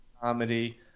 comedy